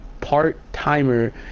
part-timer